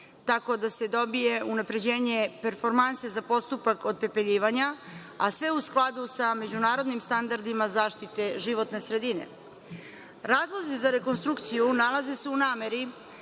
tako da se dobije unapređenje performanse za postupak opepeljivanja, a sve u skladu sa međunarodnim standardima zaštite životne sredine. Razlozi za rekonstrukciji nalaze se u nameri